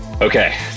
Okay